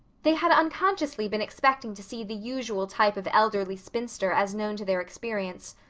they had unconsciously been expecting to see the usual type of elderly spinster as known to their experience.